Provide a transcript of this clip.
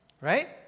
Right